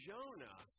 Jonah